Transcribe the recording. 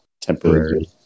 temporary